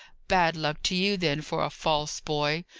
bad luck to you, then, for a false boy.